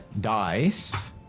dice